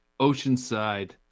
Oceanside